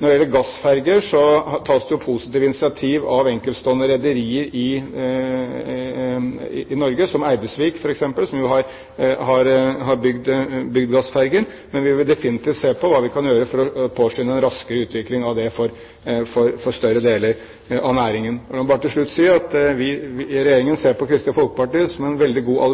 Når det gjelder gassferjer, tas det positive initiativ av enkeltstående rederier i Norge, som Eidesvik Offshore, f.eks., som jo har bygd gassferjer. Men vi vil definitivt se på hva vi kan gjøre for å påskynde en raskere utvikling av det for større deler av næringen. La meg bare til slutt si at Regjeringen ser på Kristelig Folkeparti som en veldig god